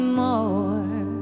more